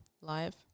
live